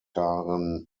mediums